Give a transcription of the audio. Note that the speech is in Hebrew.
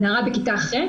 נערה בכיתה ח',